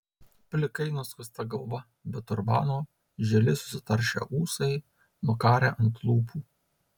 plikai nuskusta galva be turbano žili susitaršę ūsai nukarę ant lūpų